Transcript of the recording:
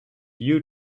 you